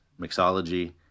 Mixology